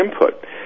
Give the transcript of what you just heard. input